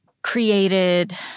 Created